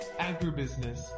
agribusiness